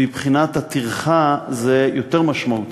מבחינת הטרחה זה יותר משמעותי,